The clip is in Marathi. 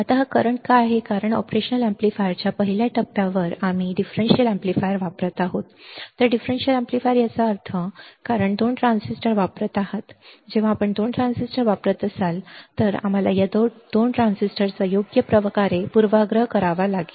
आता हा करंट का आहे कारण ऑपरेशन अॅम्प्लीफायरच्या पहिल्या टप्प्यावर आम्ही डिफरेंशियल अॅम्प्लीफायर वापरत आहोत तर डिफरेंशियल एम्पलीफायर याचा अर्थ आपण 2 ट्रान्झिस्टर वापरत आहात जेव्हा आपण 2 ट्रान्झिस्टर वापरत असाल तर आम्हाला या 2 ट्रान्झिस्टरचा योग्य प्रकारे पूर्वाग्रह करावा लागेल